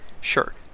sure